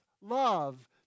love